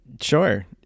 Sure